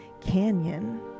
canyon